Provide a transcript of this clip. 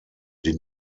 die